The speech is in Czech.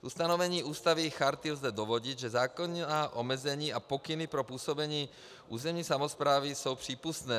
Z ustanovení Ústavy i Charty lze dovodit, že zákonná omezení a pokyny pro působení územní samosprávy jsou přípustné.